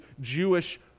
Jewish